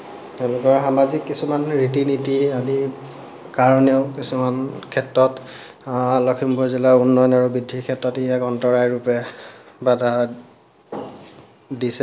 তেওঁলোকৰ সামাজিক কিছুমান ৰীতি নীতি আদি কাৰণেও কিছুমান ক্ষেত্ৰত লখিমপুৰ জিলাৰ উন্নয়ন আৰু বৃদ্ধি ক্ষেত্ৰত ই এক অন্তৰায় ৰূপে বাধা দিছে